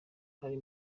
bari